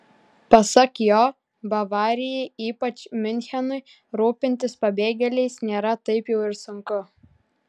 pasak jo bavarijai ypač miunchenui rūpintis pabėgėliais nėra taip jau ir sunku